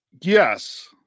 Yes